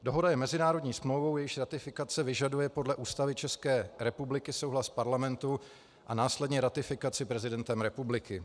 Dohoda je mezinárodní smlouvou, jejíž ratifikace vyžaduje podle Ústavy České republiky souhlas Parlamentu a následně ratifikaci prezidentem republiky.